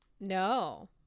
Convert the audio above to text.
No